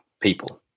people